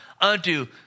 unto